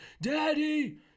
daddy